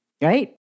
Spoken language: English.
right